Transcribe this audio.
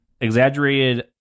exaggerated